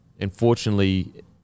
Unfortunately